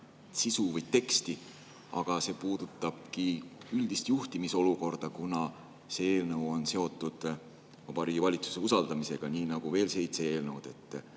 sisu või teksti. See puudutab üldist juhtimisolukorda, kuna see eelnõu on seotud Vabariigi Valitsuse usaldamisega, nii nagu veel seitse eelnõu.